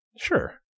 Sure